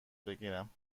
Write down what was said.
بگیرم